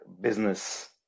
business